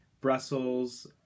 Brussels